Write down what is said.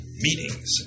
meetings